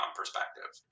perspective